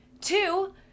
Two